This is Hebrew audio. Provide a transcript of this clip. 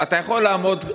אתה יכול לעמוד.